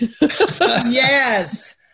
Yes